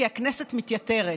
כי הכנסת מתייתרת.